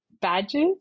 badges